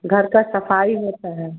घर की सफ़ाई होती है